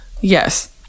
yes